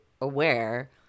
aware